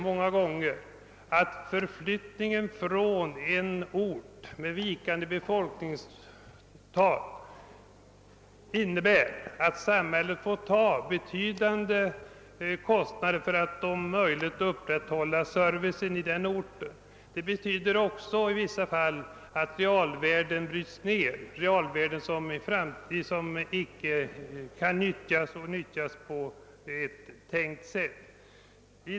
Många gånger betyder förflyttningen från en ort med vikande befolkningstal att samhället får ta på sig stora kostnader för att om möjligt upprätthålla servicen i den orten. Det betyder också i vissa fall att realvärden bryts ned, realvärden som i framtiden inte kan nyttjas på avsett sätt.